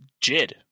Jid